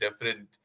different